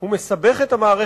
הוא מסבך מאוד את המערכת.